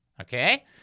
Okay